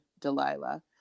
Delilah